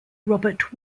robert